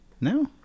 No